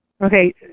Okay